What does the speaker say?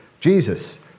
Jesus